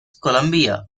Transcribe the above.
columbia